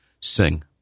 sing